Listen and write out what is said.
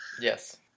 yes